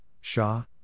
Shah